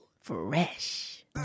Fresh